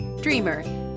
dreamer